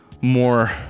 more